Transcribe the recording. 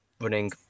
running